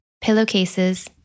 pillowcases